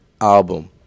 album